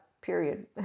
period